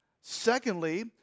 Secondly